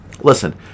Listen